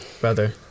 brother